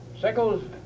Sickles